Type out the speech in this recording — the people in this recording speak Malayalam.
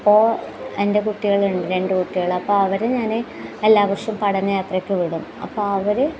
അപ്പോൾ എൻ്റെ കുട്ടികൾ ഉണ്ട് രണ്ട് കുട്ടികൾ അപ്പം അവരെ ഞാൻ എല്ലാ വർഷവും പഠനയാത്രയ്ക്ക് വിടും അപ്പം അവർ